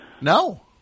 No